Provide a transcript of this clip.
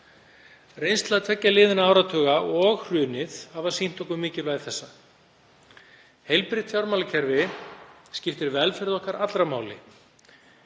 Reynsla tveggja liðinna áratuga og hrunið hafa sýnt okkur mikilvægi þessa. Heilbrigt fjármálakerfi skiptir velferð okkar allra máli.